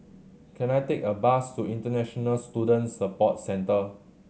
can I take a bus to International Student Support Centre